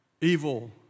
evil